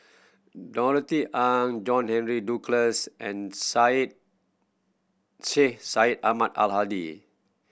Norothy Ng John Henry Duclos and Syed Sheikh Syed Ahmad Al Hadi